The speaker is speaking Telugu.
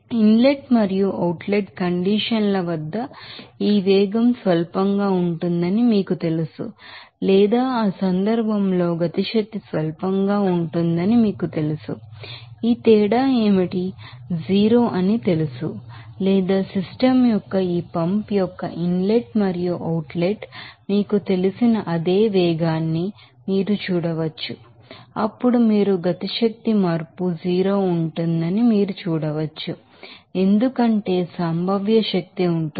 ఇన్ లెట్ మరియు అవుట్ లెట్ కండిషన్ ల వద్ద ఈ వేగం స్వల్పంగా ఉంటుందని మీకు తెలుసు లేదా ఆ సందర్భంలో కైనెటిక్ ఎనెర్జి స్వల్పంగా ఉంటుందని మీకు తెలుసు ఈ తేడా మీకు 0 అని తెలుసు లేదా సిస్టమ్ యొక్క ఈ పంప్ యొక్క ఇన్ లెట్ మరియు అవుట్ లెట్ మీకు తెలిసిన అదే వేగాన్ని మీరు చూడవచ్చు అప్పుడు మీరు కైనెటిక్ ఎనెర్జి చేంజ్ 0 ఉంటుందని మీరు చూడవచ్చు ఎందుకంటే పొటెన్షియల్ ఎనెర్జి ఉంటుంది